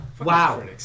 wow